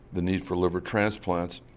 the need for liver transplants.